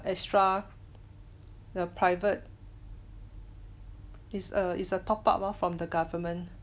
extra the private is a is a top up oh from the government